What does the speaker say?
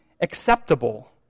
acceptable